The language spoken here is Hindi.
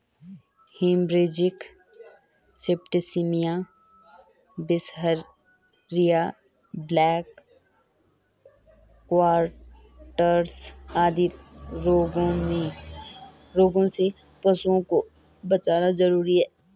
हेमरेजिक सेप्टिसिमिया, बिसहरिया, ब्लैक क्वाटर्स आदि रोगों से पशुओं को बचाना जरूरी है